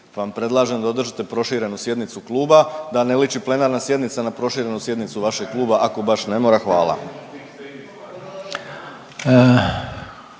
vam predlažem da održite proširenu sjednicu kluba, da ne liči plenarna sjednica na proširenu sjednicu vašeg kluba, ako baš ne mora. Hvala.